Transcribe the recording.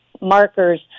markers